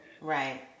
Right